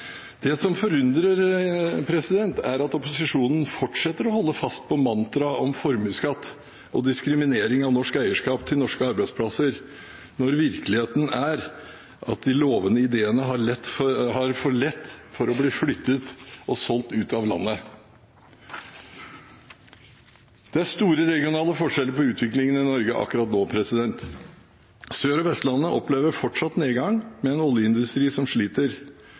Det som forundrer, er at opposisjonen fortsetter å holde fast på mantraet om formuesskatt og diskriminering av norsk eierskap til norske arbeidsplasser når virkeligheten er at de lovende ideene har for lett for å bli flyttet og solgt ut av landet. Det er store regionale forskjeller på utviklingen i Norge akkurat nå. Sør- og Vestlandet opplever fortsatt nedgang med en oljeindustri som sliter.